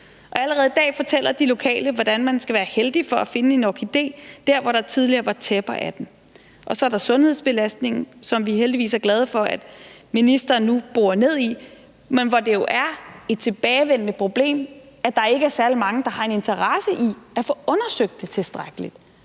og allerede i dag fortæller de lokale, at man skal være heldig for at finde en orkide dér, hvor der tidligere var tæpper af dem. Og så er der sundhedsbelastningen, som vi heldigvis er glade for ministeren nu borer ned i, men det er jo et tilbagevendende problem, at der ikke er særlig mange, der har en interesse i at få det undersøgt tilstrækkeligt.